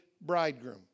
bridegroom